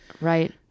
right